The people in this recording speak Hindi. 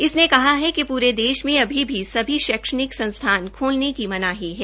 इसने कहा है कि पूरे देश में अभी भी शैक्षणिक संस्थान खोलने की मनाही है